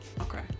Okay